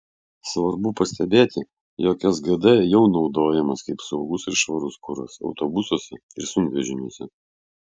svarbu pastebėti jog sgd jau naudojamas kaip saugus ir švarus kuras autobusuose ir sunkvežimiuose